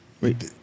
Wait